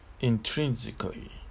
intrinsically